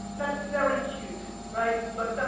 that's very cute, right? but,